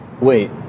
Wait